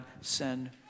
send